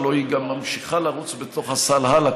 הלוא היא גם ממשיכה לרוץ בתוך הסל הלאה,